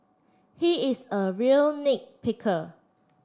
he is a real nit picker